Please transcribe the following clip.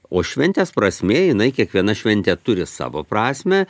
o šventės prasmė jinai kiekviena šventė turi savo prasmę